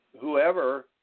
whoever